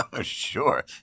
Sure